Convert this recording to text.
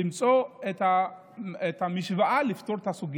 למצוא את המשוואה לפתור את הסוגיה.